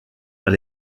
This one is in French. vers